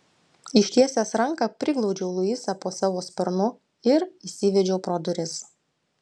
ištiesęs ranką priglaudžiau luisą po savo sparnu ir įsivedžiau pro duris